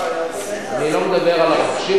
אני לא מדבר על הרוכשים,